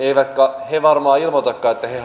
eivätkä he varmaan ilmoitakaan että he